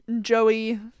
Joey